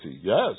Yes